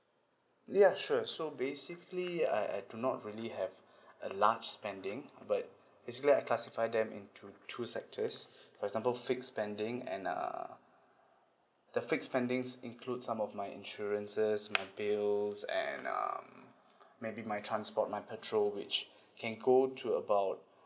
ya sure so basically I I do not really have a large spending but actually I classify them into two sectors for example fixed spending and uh the fixed spending include some of my insurances my pills and um maybe my transport my petrol which can go to about